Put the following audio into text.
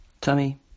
Tummy